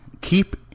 keep